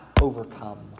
overcome